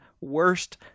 worst